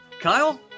kyle